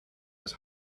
his